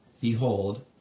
Behold